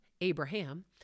Abraham